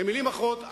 במלים אחרות,